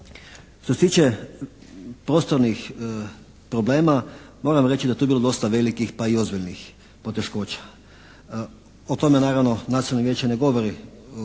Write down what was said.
Što se tiče prostornih problema moram reći da je tu bilo dosta velikih pa i ozbiljnih poteškoća. O tome naravno nacionalno vijeće ne govori